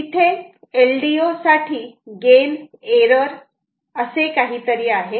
तिथे LDO साठी gain error असे काहीतरी आहे